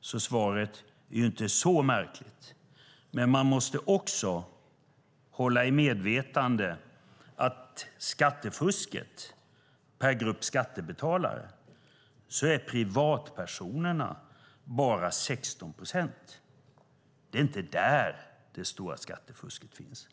så svaret är inte så märkligt, och man måste också hålla i medvetande att privatpersonerna står för bara 16 procent av skattefusket per grupp skattebetalare. Det är inte där det stora skattefusket finns.